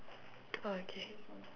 orh okay